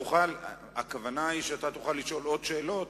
הכוונה היא שתוכל לשאול עוד שאלות,